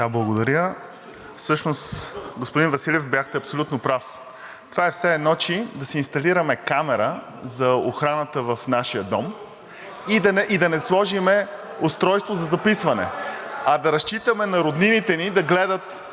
Благодаря. Всъщност, господин Василев, бяхте абсолютно прав. Това е все едно да си инсталираме камера за охрана в нашия дом и да не сложим устройство за записване, а да разчитаме на роднините ни да гледат